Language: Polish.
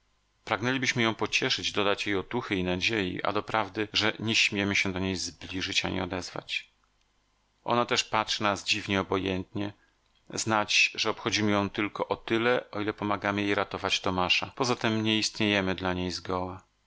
bólu pragnęlibyśmy ją pocieszyć dodać jej otuchy i nadziei a doprawdy że nie śmiemy się do niej zbliżyć ani odezwać ona też patrzy na nas dziwnie obojętnie znać że obchodzimy ją tylko o tyle o ile pomagamy jej ratować tomasza poza tem nie istniejemy dla niej